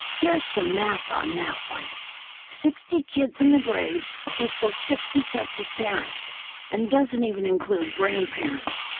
here's the math on that one sixty kids in the grade equals sixty sets of parents and doesn't even include grandparents.